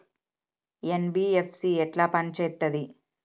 NBFC ఎట్ల పని చేత్తది?